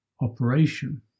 operation